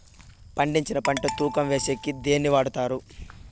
పండించిన పంట తూకం వేసేకి దేన్ని వాడతారు?